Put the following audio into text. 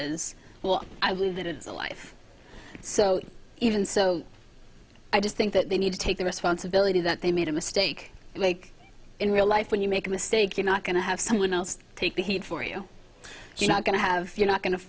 is well i believe that it's a life so even so i just think that they need to take the responsibility that they made a mistake like in real life when you make a mistake you're not going to have someone else take the heat for you you're not going to have you're not going to